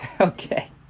Okay